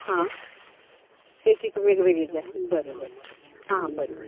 हां एक एक वेगवेगळी जाय बरें हां बरें